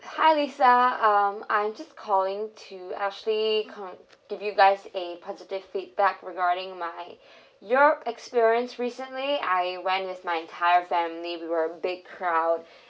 hi lisa um I'm just calling to actually um give you guys a positive feedback regarding my your experience recently I went with my entire family we were a big crowd